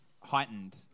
heightened